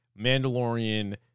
Mandalorian